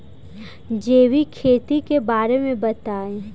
जैविक खेती के बारे में बताइ